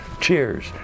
cheers